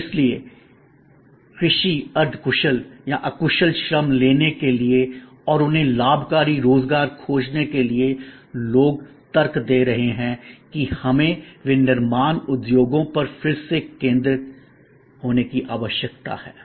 और इसलिए कृषि अर्ध कुशल या अकुशल श्रम लेने के लिए और उन्हें लाभकारी रोजगार खोजने के लिए लोग तर्क दे रहे हैं कि हमें विनिर्माण उद्योगों पर फिरसे केंद्रित की आवश्यकता है